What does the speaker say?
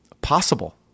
possible